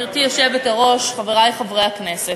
גברתי היושבת-ראש, חברי חברי הכנסת,